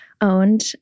owned